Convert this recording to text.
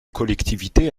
collectivités